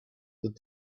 that